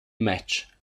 match